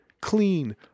clean